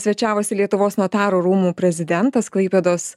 svečiavosi lietuvos notarų rūmų prezidentas klaipėdos